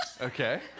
Okay